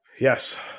Yes